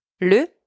le